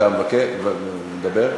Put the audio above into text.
אתה מדבר?